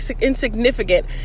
insignificant